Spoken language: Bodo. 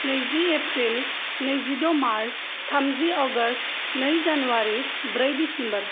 नैजि एप्रिल नैजिद' मार्स थामजि अगस्ट नै जानुवारि ब्रै डिसेम्बर